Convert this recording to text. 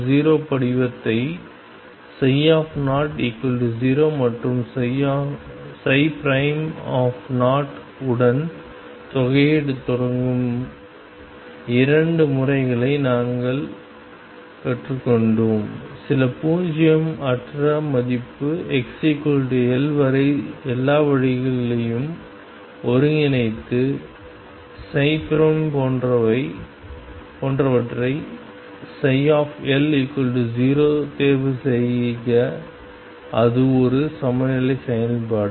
x0 படிவத்தை 00 மற்றும் உடன் தொகையீடு தொடங்கும் இரண்டு முறைகளை நாங்கள் கற்றுக்கொண்டோம் சில பூஜ்ஜியம் அற்ற மதிப்பு xL வரை எல்லா வழிகளையும் ஒருங்கிணைத்து ' போன்றவற்றைத் L0தேர்வுசெய்க அது ஒரு சமநிலை செயல்பாடு